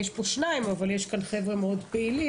יש פה שניים, אבל יש כאן חבר'ה מאד פעילים,